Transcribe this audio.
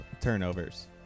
turnovers